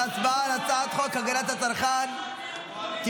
להצבעה על הצעת חוק הגנת הצרכן (תיקון,